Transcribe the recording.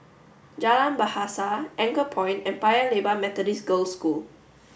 Jalan Bahasa Anchorpoint and Paya Lebar Methodist Girls' School